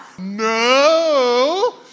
No